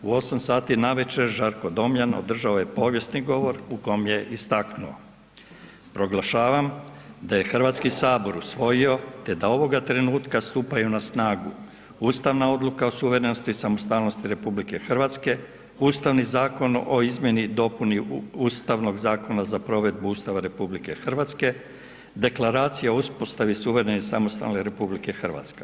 U osam sati na večer Žarko Domjan održao je povijesni govor u kom je istaknuo „Proglašavam da je Hrvatski sabor usvojio te da ovoga trenutka stupaju na snagu ustavna odluka o suverenosti i samostalnosti RH, Ustavni zakon o izmjeni i dopuni Ustavnog zakona za provedbu Ustava RH, Deklaracija o uspostavi suverene i samostalne RH.